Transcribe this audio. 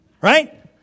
Right